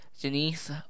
Denise